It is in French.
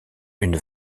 une